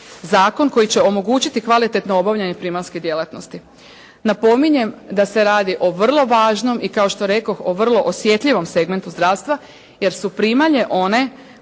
zakon koji će omogućiti kvalitetno obavljanje primaljske djelatnosti. Napominjem da se radi o vrlo važnom i kao što rekoh o vrlo osjetljivom segmentu zdravstva, jer su primalje one